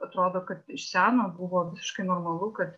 atrodo kad iš seno buvo visiškai normalu kad